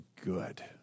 good